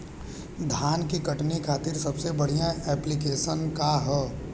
धान के कटनी खातिर सबसे बढ़िया ऐप्लिकेशनका ह?